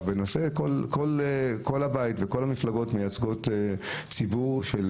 כי כל המפלגות פה מייצגות ציבור של